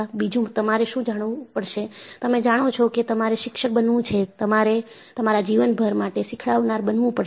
બીજું તમારે શું જાણવું પડશે તમે જાણો છો કે તમારે શિક્ષક બનવું છે તમારે તમારા જીવનભર માટે શીખડાવનાર બનવું પડશે